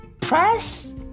press